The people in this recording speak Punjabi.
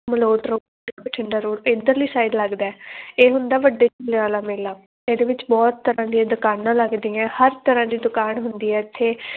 ਮਲੋਟ ਰੋਡ ਇੱਕ ਬਠਿੰਡਾ ਰੋਡ ਇੱਧਰਲੀ ਸਾਈਡ ਲੱਗਦਾ ਇਹ ਹੁੰਦਾ ਵੱਡੇ ਪੀਰਾਂ ਵਾਲਾ ਮੇਲਾ ਇਹਦੇ ਵਿੱਚ ਬਹੁਤ ਤਰ੍ਹਾਂ ਦੀਆਂ ਦੁਕਾਨਾਂ ਲੱਗਦੀਆਂ ਹਰ ਤਰ੍ਹਾਂ ਦੀ ਦੁਕਾਨ ਹੁੰਦੀ ਹੈ ਇੱਥੇ